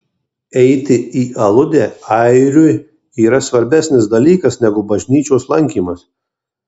eiti į aludę airiui yra svarbesnis dalykas negu bažnyčios lankymas